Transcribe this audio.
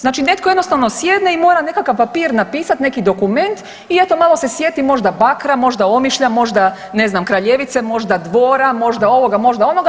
Znači netko jednostavno sjedne i mora nekakav papir napisati, nekakav dokument i eto malo se sjeti možda Bakra, možda Omišlja, možda ne znam Kraljevice, možda Dvora, možda ovoga, možda onoga.